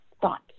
thoughts